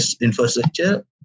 infrastructure